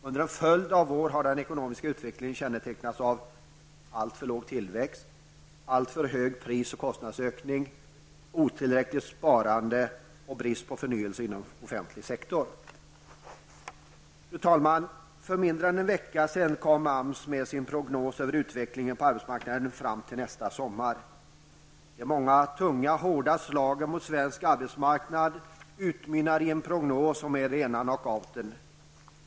Under en följd av år har den ekonomiska utvecklingen kännetecknats av alltför låg tillväxt, alltför höga pris och kostnadsökningar, otillräckligt sparande och brist på förnyelse inom den offentliga sektorn. Fru talman! För mindre än en vecka sedan kom AMS med sin prognos över utvecklingen på arbetsmarknaden fram till nästa sommar. De många tunga, hårda slagen mot svensk arbetsmarknad utmynnar i en prognos som är rena knockouten.